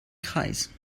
kreis